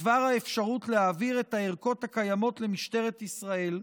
דבר האפשרות להעביר את הערכות הקיימות למשטרת ישראל,